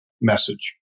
message